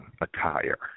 attire